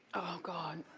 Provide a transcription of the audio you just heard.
oh god.